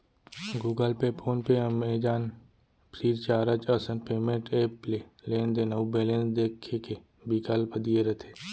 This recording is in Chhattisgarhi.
Google Pay, PhonePe, Amazon, Freecharge असन पेंमेंट ऐप ले लेनदेन अउ बेलेंस देखे के बिकल्प दिये रथे